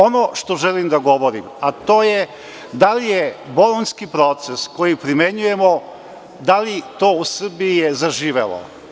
Ono što želim da govorim, to je - da li je Bolonjski proces koji primenjujemo u Srbiji je zaživeo?